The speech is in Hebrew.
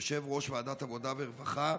יושב-ראש ועדת העבודה והרווחה,